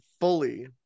fully